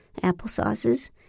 applesauces